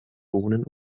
bohnen